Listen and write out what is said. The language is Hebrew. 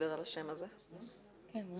האם אתם